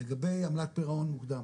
לגבי עמלת פירעון מוקדם,